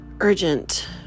urgent